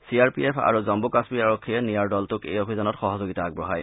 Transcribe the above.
C R P F আৰু জম্মু কাশ্মীৰ আৰক্ষীয়ে নিয়াৰ দলটোক এই অভিযানত সহযোগিতা আগবঢ়ায়